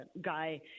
Guy